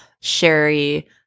Sherry